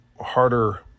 harder